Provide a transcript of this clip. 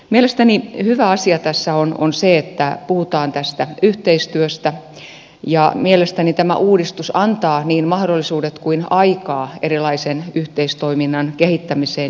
mielestäni hyvä asia tässä on se että puhutaan tästä yhteistyöstä ja mielestäni tämä uudistus antaa niin mahdollisuudet kuin aikaa erilaisen yhteistoiminnan kehittämiseen ja läpikäymiseen